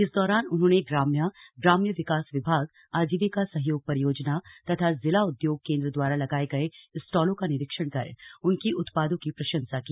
इस दौरान उन्होंने ग्राम्या ग्राम्य विकास विभाग आजीविका सहयोग परियोजना तथा जिला उद्योग केन्द्र द्वारा लगाये गये स्टॉलों का निरीक्षण कर उनकी उत्पादों की प्रशंसा की